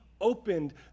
opened